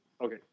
okay